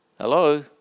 Hello